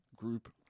group